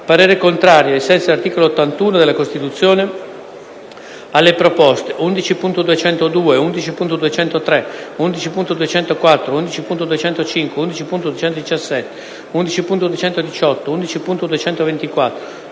parere contrario, ai sensi dell’articolo 81 della Costituzione, sulle proposte 11.202, 11.203, 11.204, 11.205, 11.217, 11.218, 11.224,